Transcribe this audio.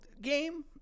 game